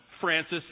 Francis